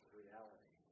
reality